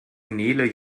nele